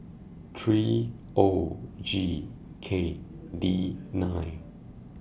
three O G K D nine